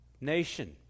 nation